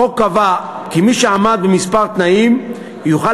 החוק קבע כי מי שעמד בכמה תנאים יוכל